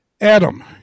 Adam